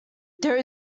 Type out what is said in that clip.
there